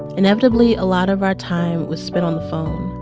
inevitably, a lot of our time was spent on the phone.